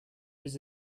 his